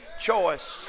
choice